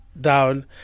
down